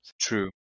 True